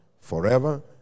forever